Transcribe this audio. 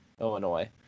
Illinois